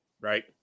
right